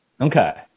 Okay